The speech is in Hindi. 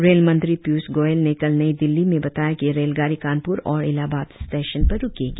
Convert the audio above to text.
रेलमंत्री पीयुष गोयल ने कल नई दिल्ली में बताया कि यह रेलगाड़ी कानपुर और इलाहाबाद स्टेशन पर रुकेगी